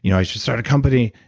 you know i should start a company.